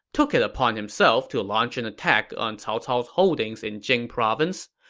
took it upon himself to launch an attack on cao cao's holdings in jing province.